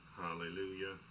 hallelujah